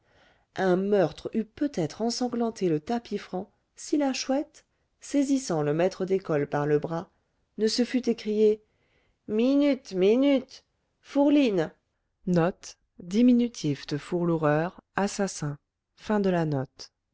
un meurtre eût peut-être ensanglanté le tapis franc si la chouette saisissant le maître d'école par le bras ne se fût écriée minute minute fourline